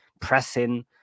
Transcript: pressing